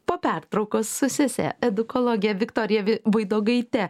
po pertraukos su sese edukologe viktorija vaidogaite